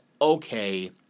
okay